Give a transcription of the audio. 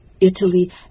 Italy